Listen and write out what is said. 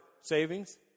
savings